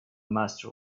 master